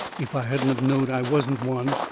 if i hadn't of knowed i wasn't one.